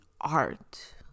art